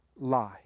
lie